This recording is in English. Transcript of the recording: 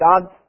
God